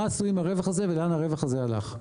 מה עשו עם הרווח הזה ולאן הרווח הזה הלך?